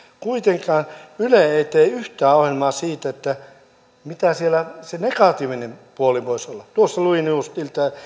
kuitenkaan yle ei tee yhtään ohjelmaa siitä mitä siellä se negatiivinen puoli voisi olla tuossa luin just